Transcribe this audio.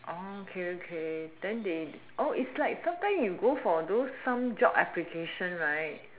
okay okay then they is like sometime you go for those some job application right